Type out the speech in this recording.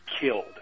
killed